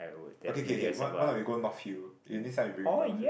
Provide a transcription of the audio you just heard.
okay K K why why not we go North Hill if next time you bring go North Hill